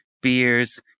beers